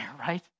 right